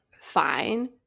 fine